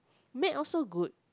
matte also good